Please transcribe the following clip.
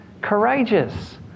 courageous